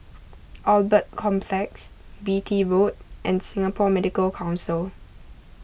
Albert Complex Beatty Road and Singapore Medical Council